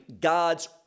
god's